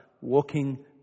walking